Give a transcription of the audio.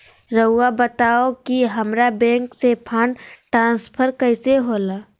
राउआ बताओ कि हामारा बैंक से फंड ट्रांसफर कैसे होला?